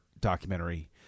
documentary